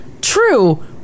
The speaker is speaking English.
true